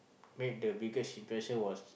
made the biggest impression was